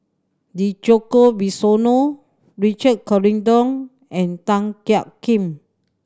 Djoko Wibisono Richard Corridon and Tan Jiak Kim